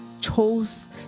chose